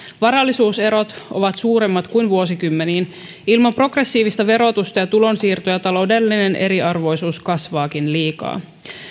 varallisuuserot ovat suuremmat kuin vuosikymmeniin ilman progressiivista verotusta ja tulonsiirtoja taloudellinen eriarvoisuus kasvaakin liikaa